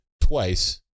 twice